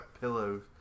pillows